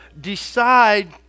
decide